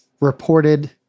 reported